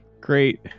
Great